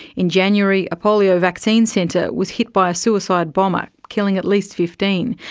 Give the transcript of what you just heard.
in january, a polio vaccine centre was hit by a suicide bomber, killing at least fifteen.